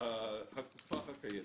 הקופה הקיימת.